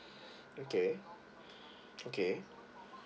okay okay